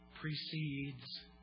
precedes